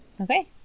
okay